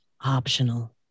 optional